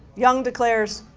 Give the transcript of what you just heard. young declares,